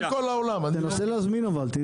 אני מנסה להזמין ואשלח לך צילום.